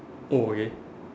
oh okay